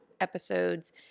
episodes